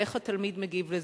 ואיך התלמיד מגיב לזה,